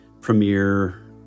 premiere